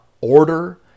order